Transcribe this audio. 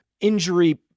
injury